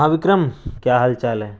ہاں وکرم کیا حال چال ہے